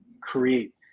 create